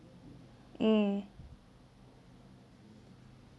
mm